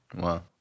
Wow